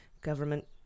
government